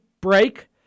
break